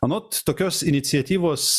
anot tokios iniciatyvos